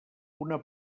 una